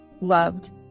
loved